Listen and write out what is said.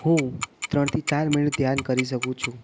હું ત્રણથી ચાર મિનિટ ધ્યાન કરી શકું છું